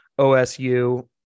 OSU